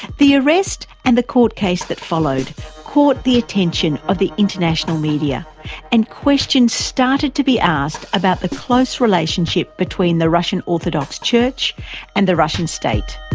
the arrest and the court case that followed caught the attention of the international media and questions started to be asked about the close relationship between the russian orthodox church and the russian state.